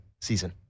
season